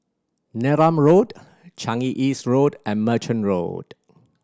Neram Road Changi East Road and Merchant Road